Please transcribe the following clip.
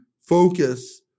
focus